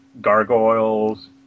gargoyles